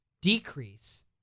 decrease